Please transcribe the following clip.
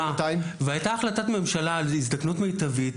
והייתה החלטת ממשלה בנושא של הזדקנות מיטבית,